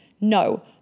no